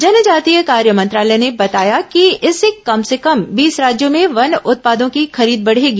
जनजातीय कार्य मंत्रालय ने बताया कि इससे कम से कम बीस राज्यों में वन उत्पादों की खरीद बढ़ेगी